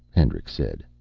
hendricks said.